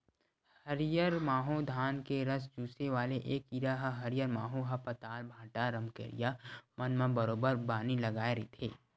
हरियर माहो धान के रस चूसे वाले ऐ कीरा ह हरियर माहो ह पताल, भांटा, रमकरिया मन म बरोबर बानी लगाय रहिथे